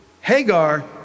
Hagar